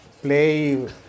play